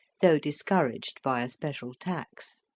though discouraged by a special tax.